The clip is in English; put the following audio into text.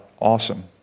awesome